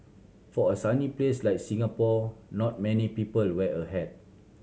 for a sunny place like Singapore not many people wear a hat